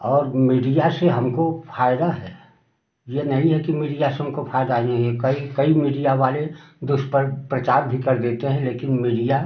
और मीडिया से हमको फायदा है ये नहीं है कि मीडिया से हमको फायदा नहीं है कई कई मीडिया वाले दुष्प्रचार भी कर देते हैं लेकिन मीडिया